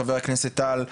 ח"כ טל,